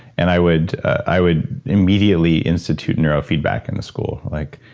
and i would i would immediately institute neurofeedback in the school. like,